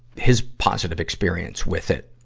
his positive experience with it,